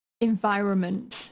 environment